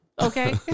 Okay